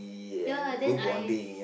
ya then I